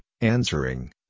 answering